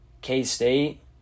K-State